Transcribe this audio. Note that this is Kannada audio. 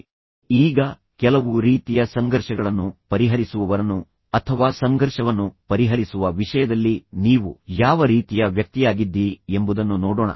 ಈಗ ಕೆಲವು ರೀತಿಯ ಸಂಘರ್ಷಗಳನ್ನು ಪರಿಹರಿಸುವವರನ್ನು ಅಥವಾ ಸಂಘರ್ಷವನ್ನು ಪರಿಹರಿಸುವ ವಿಷಯದಲ್ಲಿ ನೀವು ಯಾವ ರೀತಿಯ ವ್ಯಕ್ತಿಯಾಗಿದ್ದೀರಿ ಎಂಬುದನ್ನು ನೋಡೋಣ